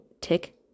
tick